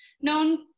known